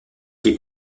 qui